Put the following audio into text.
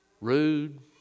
Rude